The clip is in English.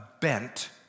bent